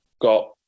got